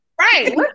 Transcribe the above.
right